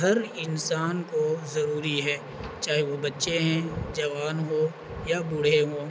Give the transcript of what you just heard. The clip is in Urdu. ہر انسان کو ضروری ہے چاہے وہ بچے ہیں جوان ہو یا بوڑھے ہوں